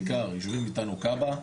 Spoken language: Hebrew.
בעיקר יושבים איתנו כב"ה,